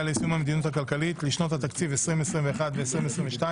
ליישום המדיניות הכלכלית לשנות התקציב 2021 ו-2022,